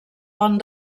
pont